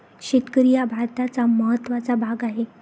शेतकरी हा भारताचा महत्त्वाचा भाग आहे